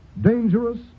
dangerous